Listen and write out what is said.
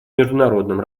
международном